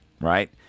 right